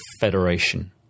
federation